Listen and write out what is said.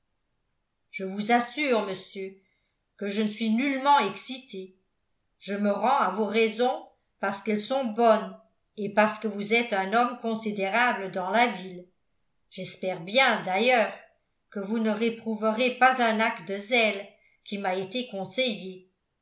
je vous assure monsieur que je ne suis nullement excité je me rends à vos raisons parce qu'elles sont bonnes et parce que vous êtes un homme considérable dans la ville j'espère bien d'ailleurs que vous ne réprouverez pas un acte de zèle qui m'a été conseillé